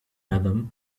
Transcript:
adam